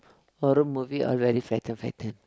horror movie all very frighten frighten